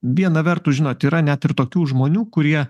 viena vertus žinot yra net ir tokių žmonių kurie